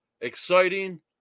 exciting